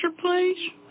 please